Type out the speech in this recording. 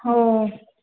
हो